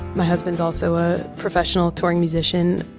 my husband's also a profession ah touring musician.